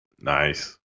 Nice